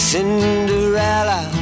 Cinderella